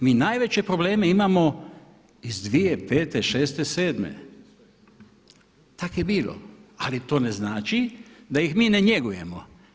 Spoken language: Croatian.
Mi najveće probleme imamo iz 2005., '06., 07., tako je bilo, ali to ne znači da ih mi ne njegujemo.